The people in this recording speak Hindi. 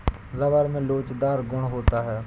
रबर में लोचदार गुण होता है